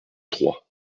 trois